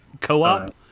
Co-op